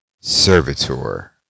servitor